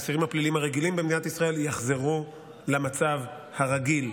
האסירים הפליליים הרגילים במדינת ישראל יחזרו למצב הרגיל,